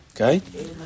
Okay